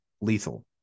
lethal